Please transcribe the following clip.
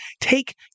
take